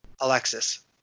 Alexis